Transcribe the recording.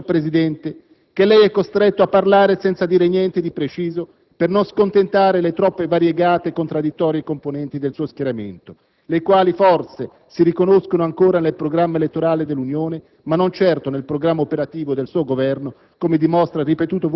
Il fatto è, signor Presidente, che lei è costretto a parlare senza dire niente di preciso, per non scontentare le troppo variegate e contraddittorie componenti del suo schieramento, le quali forse si riconoscono ancora nel programma elettorale dell'Unione, ma non certo nel programma operativo del suo Governo,